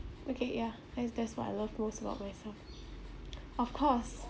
okay ya that's that's what I love most about myself of course